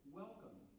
welcome